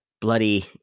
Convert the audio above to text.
bloody